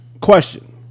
question